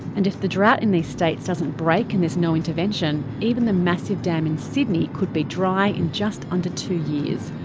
and if the drought in these states doesn't break and there's no intervention. even the massive dam in sydney could be dry in just under two years.